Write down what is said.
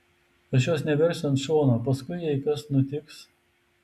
aš jos neversiu ant šono paskui jei kas nutiks